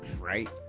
Right